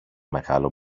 μεγάλο